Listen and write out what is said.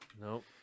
Nope